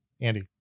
Andy